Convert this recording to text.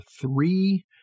three